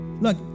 Look